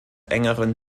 engeren